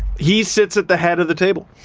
he sits at the head of the table.